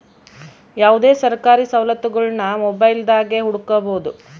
ಯಾವುದೇ ಸರ್ಕಾರಿ ಸವಲತ್ತುಗುಳ್ನ ಮೊಬೈಲ್ದಾಗೆ ಹುಡುಕಬೊದು